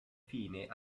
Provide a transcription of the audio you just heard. fine